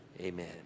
amen